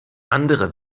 andere